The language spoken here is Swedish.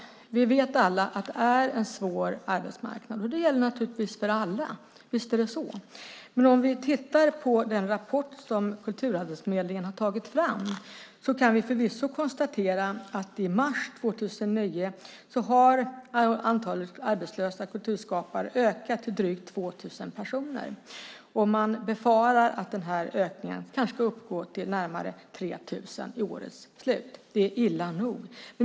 Vi vet alla att det är en svår arbetsmarknad. Det gäller för alla, visst är det så. Om vi tittar på den rapport som Kulturarbetsförmedlingen har tagit fram kan vi förvisso konstatera att i mars 2009 har antalet arbetslösa kulturskapare ökat till drygt 2 000 personer, och man befarar att den ökningen kanske kommer att uppgå till närmare 3 000 vid årets slut. Det är illa nog.